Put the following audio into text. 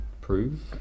prove